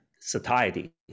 satiety